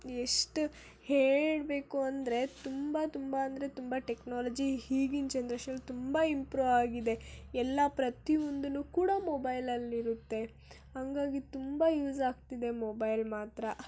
ಎಷ್ಟು ಹೇಳಬೇಕು ಅಂದರೆ ತುಂಬ ತುಂಬ ಅಂದರೆ ತುಂಬ ಟೆಕ್ನಾಲಜಿ ಈಗಿನ ಜನ್ರೇಷನಲ್ಲಿ ತುಂಬ ಇಂಪ್ರೂವ್ ಆಗಿದೆ ಎಲ್ಲ ಪ್ರತಿಯೊಂದೂ ಕೂಡ ಮೊಬೈಲಲ್ಲಿರುತ್ತೆ ಹಂಗಾಗಿ ತುಂಬ ಯೂಸ್ ಆಗ್ತಿದೆ ಮೊಬೈಲ್ ಮಾತ್ರ